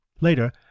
Later